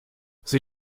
sie